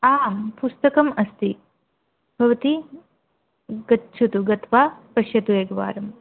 आं पुस्तकम् अस्ति भवती गच्छतु गत्वा पश्यतु एकवारं